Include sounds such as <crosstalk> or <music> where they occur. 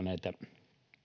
<unintelligible> näitä